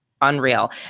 Unreal